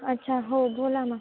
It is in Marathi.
अच्छा हो बोला ना